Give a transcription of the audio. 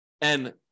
and-